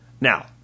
Now